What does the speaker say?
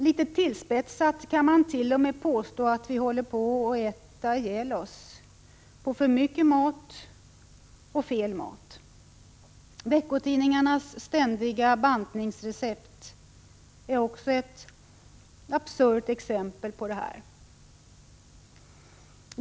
Litet tillspetsat kan man t.o.m. påstå att vi håller på att äta ihjäl oss på för mycket mat och fel mat. Veckotidningarnas ständiga bantningsrecept är också ett absurt exempel på detta.